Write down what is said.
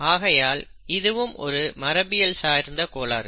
ஆகையால் இதுவும் ஒரு மரபியல் சார்ந்த கோளாறு